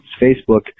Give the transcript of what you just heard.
facebook